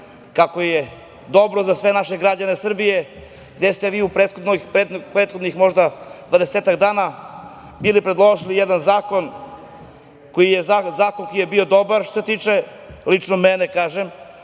kako je dobro za sve naše građane Srbije, gde ste vi u prethodnih možda dvadesetak dana predložili jedan zakon koji je bio dobar što se tiče lično mene,